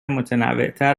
متنوعتر